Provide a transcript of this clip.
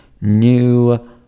new